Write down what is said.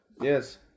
Yes